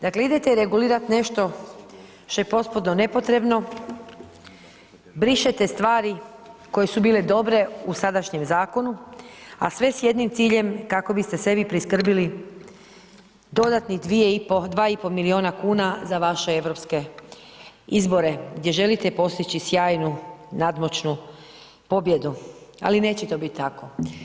Dakle idete regulirati nešto što je potpuno nepotrebno, brišete stvari koje su bile dobre u sadašnjem zakonu a sve s jednim ciljem kako biste sebi priskrbili dodatnih 2,5, 2,5 milijuna kuna za vaše europske izbore gdje želite postići sjajnu, nadmoćnu pobjedu, ali neće to biti tako.